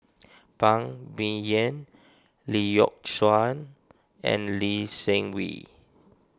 Phan Ming Yen Lee Yock Suan and Lee Seng Wee